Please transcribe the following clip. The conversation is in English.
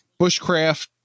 bushcraft